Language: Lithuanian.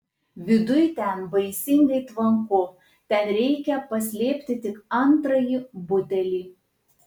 viduj ten baisingai tvanku ten reikia paslėpti tik antrąjį butelį